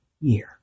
year